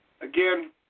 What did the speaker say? again